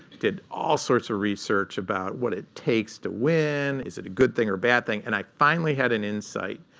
did all sorts of research about what it takes to win, is it a good thing or a bad thing. and i finally had an insight.